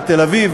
בתל-אביב,